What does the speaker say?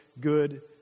good